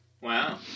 Wow